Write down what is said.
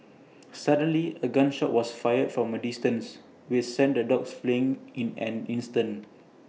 suddenly A gun shot was fired from A distance which sent the dogs fleeing in an instant